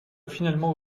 finalement